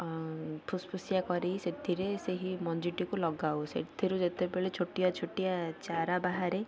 ଫୁସଫୁସିଆ କରି ସେଥିରେ ସେହି ମଞ୍ଜିଟିକୁ ଲଗାଉ ସେଥିରୁ ଯେତେବେଳେ ଛୋଟିଆ ଛୋଟିଆ ଚାରା ବାହାରେ